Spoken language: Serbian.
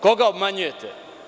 Koga obmanjujete?